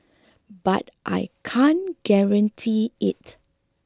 but I can't guarantee it